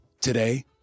Today